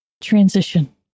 transition